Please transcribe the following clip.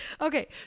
Okay